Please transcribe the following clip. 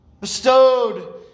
bestowed